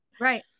Right